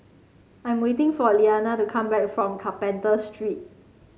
I'm waiting for Lilianna to come back from Carpenter Street